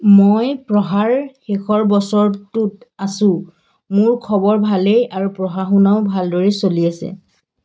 মই পঢ়াৰ শেষৰ বছৰটোত আছোঁ মোৰ খবৰ ভালেই আৰু পঢ়া শুনাও ভালদৰেই চলি আছে